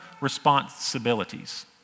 responsibilities